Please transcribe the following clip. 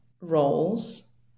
roles